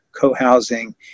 co-housing